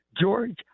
George